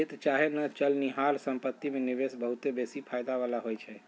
खेत चाहे न चलनिहार संपत्ति में निवेश बहुते बेशी फयदा बला होइ छइ